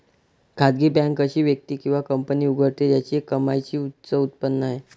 खासगी बँक अशी व्यक्ती किंवा कंपनी उघडते ज्याची कमाईची उच्च उत्पन्न आहे